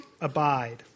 abide